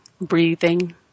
breathing